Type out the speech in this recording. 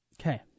Okay